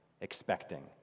expecting